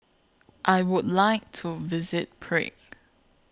I Would like to visit Prague